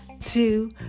two